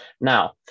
Now